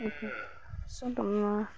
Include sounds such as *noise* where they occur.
*unintelligible*